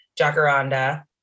Jacaranda